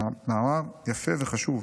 מאמר יפה וחשוב.